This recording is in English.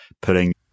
putting